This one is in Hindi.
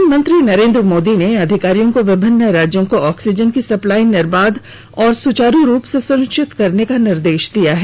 प्रधानमंत्री नरेंद्र मोदी ने अधिकारियों को विभिन्न राज्यों को ऑक्सीजन की सप्लाई निर्बाध और सुचारू रूप से सुनिश्चित करने का निर्देश दिया है